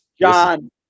John